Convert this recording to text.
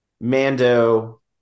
Mando